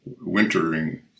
wintering